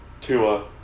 Tua